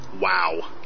Wow